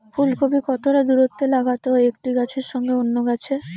ফুলকপি কতটা দূরত্বে লাগাতে হয় একটি গাছের সঙ্গে অন্য গাছের?